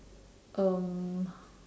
um